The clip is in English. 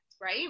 right